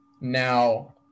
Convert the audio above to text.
Now